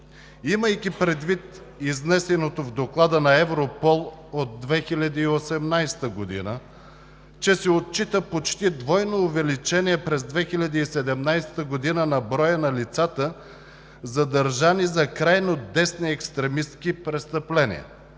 имайки предвид изнесеното в Доклада на Европол от 2018 г., че се отчита почти двойно увеличение през 2017 г. на броя на лицата, задържани за крайно десни екстремистки престъпления,